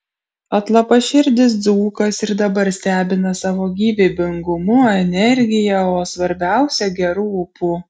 atlapaširdis dzūkas ir dabar stebina savo gyvybingumu energija o svarbiausia geru ūpu